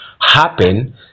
happen